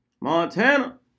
Montana